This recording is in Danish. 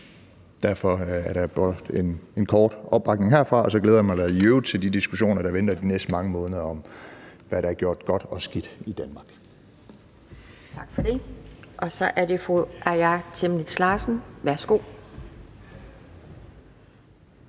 Derfor er der blot kort en opbakning herfra, og så glæder jeg mig da i øvrigt til de diskussioner, der venter i de næste mange måneder om, hvad der er gjort godt og skidt i Danmark. Kl. 12:44 Anden næstformand (Pia